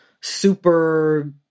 super